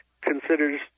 considers